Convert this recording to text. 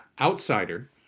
outsider